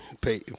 pay